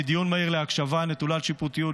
מדיון מהיר להקשבה נטולת שיפוטיות,